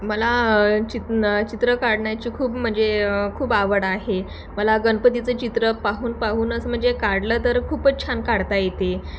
मला चित चित्र काढण्याची खूप म्हणजे खूप आवड आहे मला गणपतीचं चित्र पाहून पाहूनच म्हणजे काढलं तर खूपच छान काढता येते